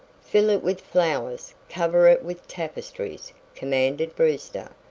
fill it with flowers, cover it with tapestries, commanded brewster.